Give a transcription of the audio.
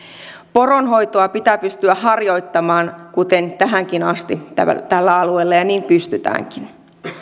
poronhoitoa pitää pystyä harjoittamaan kuten tähänkin asti tällä alueella ja niin pystytäänkin